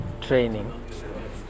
training